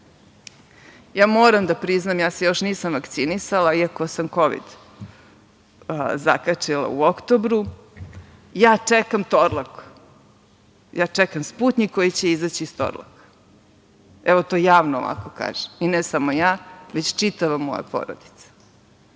moram da priznam, ja se još nisam vakcinisala, iako sam Kovid zakačila u oktobru, ja čekam Torlak. Ja čekam „Sputnjik“ koji će izaći iz Torlaka, evo to javno ovako kažem. Ne samo ja, već čitava moja porodica.